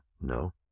No